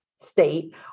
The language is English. state